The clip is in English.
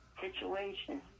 situation